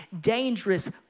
dangerous